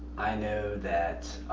i know that.